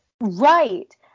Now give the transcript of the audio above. Right